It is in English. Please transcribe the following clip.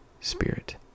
spirit